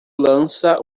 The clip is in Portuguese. lança